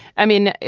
i mean,